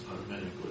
automatically